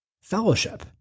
Fellowship